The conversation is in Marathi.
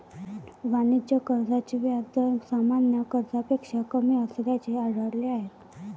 वाणिज्य कर्जाचे व्याज दर सामान्य कर्जापेक्षा कमी असल्याचे आढळले आहे